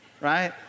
Right